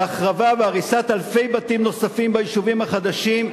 להחרבה והריסה של אלפי בתים נוספים ביישובים החדשים,